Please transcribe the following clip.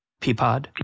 Peapod